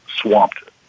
swamped